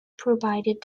provided